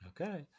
Okay